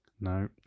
No